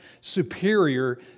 superior